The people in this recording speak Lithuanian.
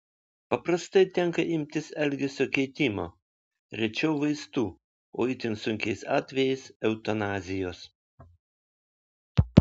paprastai tenka imtis elgesio keitimo rečiau vaistų o itin sunkiais atvejais eutanazijos